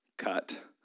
Cut